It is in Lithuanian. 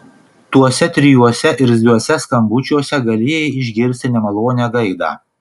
tuose trijuose irzliuose skambučiuose galėjai išgirsti nemalonią gaidą